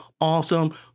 Awesome